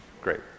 Great